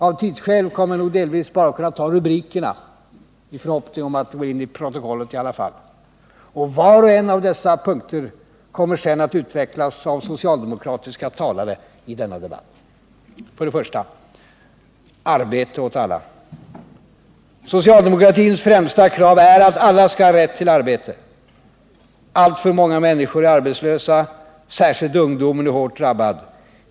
Av tidsskäl kommer jag delvis att bara dra rubrikerna i förhoppning om att det kommer in i protokollet i alla fall. Var och en av dessa punkter kommer sedan att utvecklas av socialdemokratiska talare i denna debatt. Socialdemokratins främsta krav är att alla skall ha rätt till arbete. Alltför många människor är i dag arbetslösa. Särskilt ungdomen är hårt drabbad.